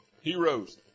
Heroes